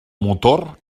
motor